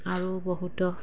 আৰু বহুতো